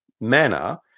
manner